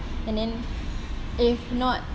and then if not